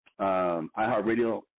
iHeartRadio